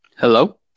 Hello